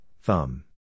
thumb